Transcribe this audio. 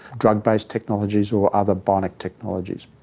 drug based technologies or other bionic technologies.